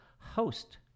host